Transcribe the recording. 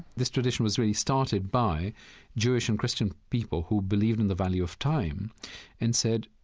this tradition was really started by jewish and christian people who believe in the value of time and said,